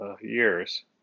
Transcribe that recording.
years